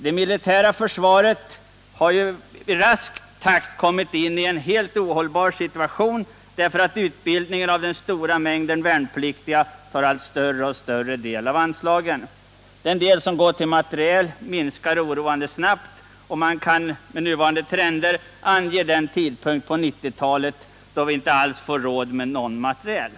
Det militära försvaret är ju med rask takt på väg in i en helt ohållbar situation, därför att utbildningen av den stora mängden värnpliktiga tar allt större andel av anslagen. Den del som går till materiel minskar oroande snabbt, och man kan med nuvarande trender ange den tidpunkt på 1990-talet då vi inte alls får råd med någon materiel.